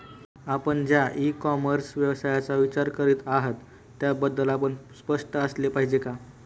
आपण ज्या e commerce व्यवसायाचा विचार करीत आहात त्याबद्दल आपण स्पष्ट असले पाहिजे का?